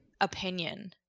Opinion